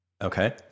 Okay